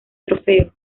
trofeo